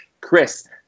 Chris